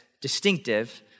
distinctive